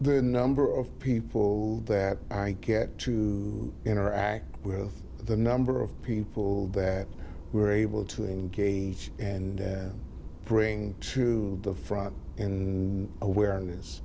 the number of people there to interact with the number of people that were able to engage and bring to the front and awareness